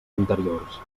anteriors